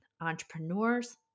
Entrepreneurs